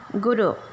guru